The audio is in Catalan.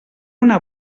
una